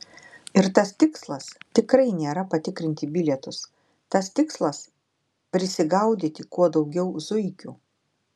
ir tas tikslas tikrai nėra patikrinti bilietus tas tikslas prisigaudyti kuo daugiau zuikių